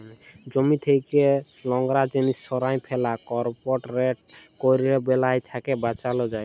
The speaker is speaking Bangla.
জমি থ্যাকে লংরা জিলিস সঁরায় ফেলা, করপ রটেট ক্যরলে বালাই থ্যাকে বাঁচালো যায়